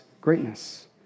greatness